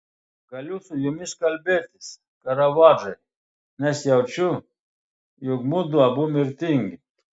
galiu su jumis kalbėtis karavadžai nes jaučiu jog mudu abu mirtingi